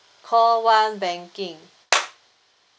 call one banking